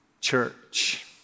church